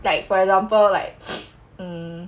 like for example like um